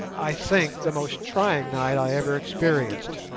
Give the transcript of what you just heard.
i think, the most trying night i ever experienced.